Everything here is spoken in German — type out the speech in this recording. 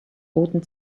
roten